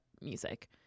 music